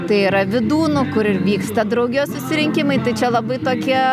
tai yra vidūnu kuris ir vyksta draugijos susirinkimai tai čia labai tokie